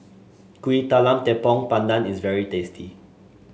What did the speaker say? Kuih Talam Tepong Pandan is very tasty